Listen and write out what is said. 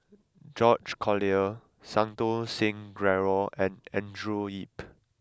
George Collyer Santokh Singh Grewal and Andrew Yip